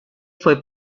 fue